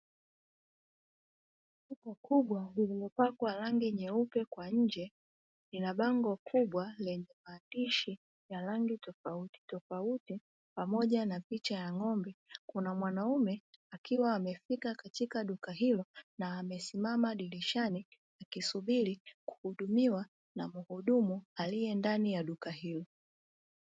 Duka kubwa limepakwa rangi nyeupe kwa nje na bango kubwa lenye maandishi ya rangi tofautitofauti pamoja na picha ya ng’ombe, kuna mwanaume akiwa amefika katika duka hilo na amesimama dirishani akisubiri kuhudumiwa na muhudumu aliye ndani ya duka hilo.